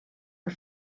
are